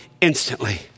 instantly